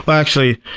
actually,